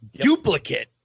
duplicate